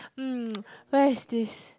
mm where is this